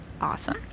awesome